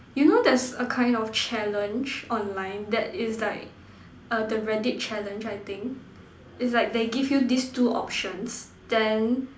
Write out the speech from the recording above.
you know there's a kind of challenge online that is like uh the Reddit Challenge I think is like they give you this two options then